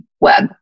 web